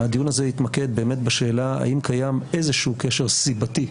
הדיון הזה יתמקד באמת בשאלה האם קיים איזשהו קשר סיבתי,